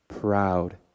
proud